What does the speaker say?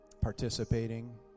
participating